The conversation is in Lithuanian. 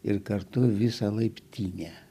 ir kartu visą laiptinę